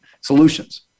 solutions